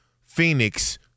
Phoenix –